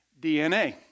DNA